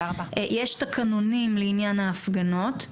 יש תקנונים לעניין ההפגנות.